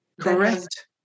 Correct